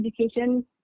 education